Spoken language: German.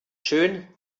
schön